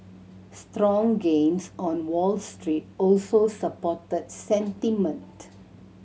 strong gains on Wall Street also supported sentiment